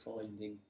finding